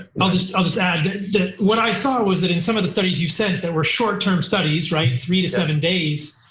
ah and i'll just i'll just add that what i saw was that in some of the studies you've said there were short term studies, right? three to seven days.